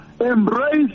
embrace